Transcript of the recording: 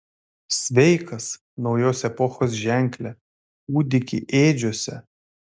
sveikas naujos epochos ženkle kūdiki ėdžiose